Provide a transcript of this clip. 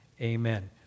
amen